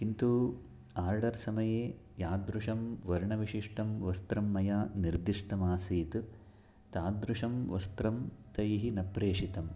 किन्तु ओर्डर् समये यादृशं वर्णविशिष्टं वस्त्रं मया निर्दिष्टमासीत् तादृशं वस्त्रं तैः न प्रेषितम्